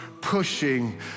pushing